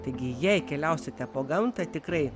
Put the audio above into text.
taigi jei keliausite po gamtą tikrai